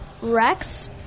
Rex